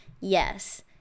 yes